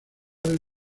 del